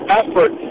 effort